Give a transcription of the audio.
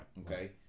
okay